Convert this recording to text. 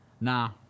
Nah